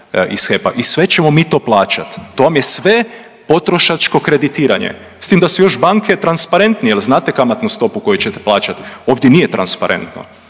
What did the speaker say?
iz HEP-a? I sve ćemo mi to plaćat. To vam je sve potrošačko kreditiranje, s tim da su još banke transparentnije jel znate kamatnu stopu koju ćete plaćat, ovdje nije transparentno,